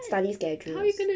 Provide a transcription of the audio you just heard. study schedule